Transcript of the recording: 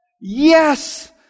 Yes